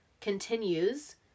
continues